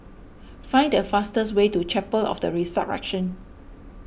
find the fastest way to Chapel of the Resurrection